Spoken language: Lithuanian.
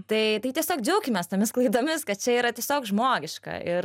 tai tai tiesiog džiaukimės tomis klaidomis kad čia yra tiesiog žmogiška ir